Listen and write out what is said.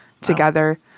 together